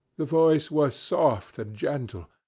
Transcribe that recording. the voice was soft and gentle.